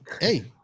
hey